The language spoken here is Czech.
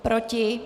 Proti?